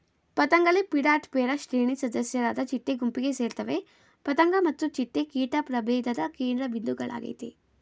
ಪತಂಗಲೆಪಿಡಾಪ್ಟೆರಾ ಶ್ರೇಣಿ ಸದಸ್ಯರಾದ ಚಿಟ್ಟೆ ಗುಂಪಿಗೆ ಸೇರ್ತವೆ ಪತಂಗ ಮತ್ತು ಚಿಟ್ಟೆ ಕೀಟ ಪ್ರಭೇಧದ ಕೇಂದ್ರಬಿಂದುಗಳಾಗಯ್ತೆ